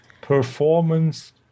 performance